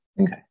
Okay